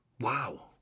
Wow